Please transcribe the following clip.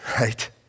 right